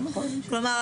כלומר,